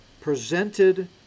presented